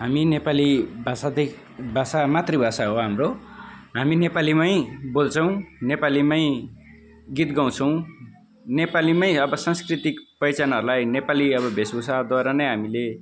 हामी नेपाली भाषादेखि भाषा मातृभाषा हो हाम्रो हामी नेपालीमै बोल्छौँ नेपालीमै गीत गाउँछौँ नेपालीमै अब सांस्कृतिक पहिचानहरूलाई नेपाली अब भेषभूषाद्वारा नै हामीले